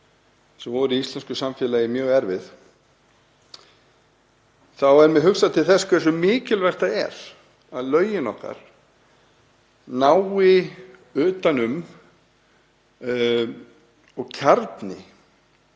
sem voru íslensku samfélagi mjög erfið, verður mér hugsað til þess hversu mikilvægt það er að lögin okkar nái utan um og kjarni